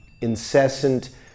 incessant